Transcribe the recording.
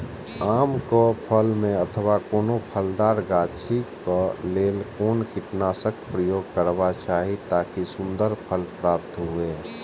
आम क फल में अथवा कोनो फलदार गाछि क लेल कोन कीटनाशक प्रयोग करबाक चाही ताकि सुन्दर फल प्राप्त हुऐ?